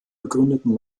gegründeten